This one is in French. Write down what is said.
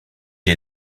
est